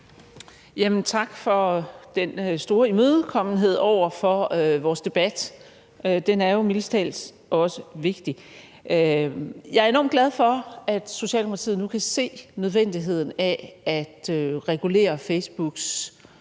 Tak for den store imødekommenhed over for vores debat. Den er jo mildest talt også vigtig. Jeg er enormt glad for, at Socialdemokratiet nu kan se nødvendigheden af at regulere Facebooks